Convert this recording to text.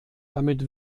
damit